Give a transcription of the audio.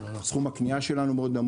אמצעי תשלום.